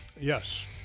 Yes